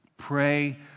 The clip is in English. Pray